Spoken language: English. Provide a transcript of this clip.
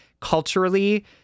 Culturally